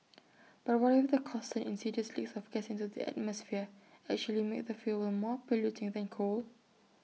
but what if the constant insidious leaks of gas into the atmosphere actually make the fuel more polluting than coal